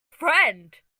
friend